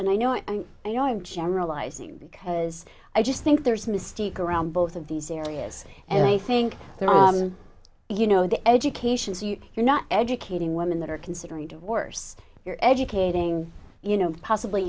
and i know you know i'm generalizing because i just think there's a mystique around both of these areas and i think you know the education so you're not educating women that are considering worse you're educating you know possibly